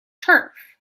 turf